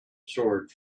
sword